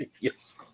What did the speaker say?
Yes